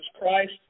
Christ